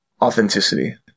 Authenticity